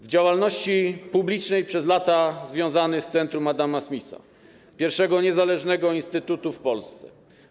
W działalności publicznej przez lata związany z Centrum Adama Smitha - pierwszym niezależnym instytutem w Polsce.